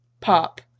pop